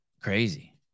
Crazy